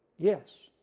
yes.